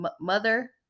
mother